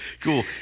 Cool